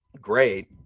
great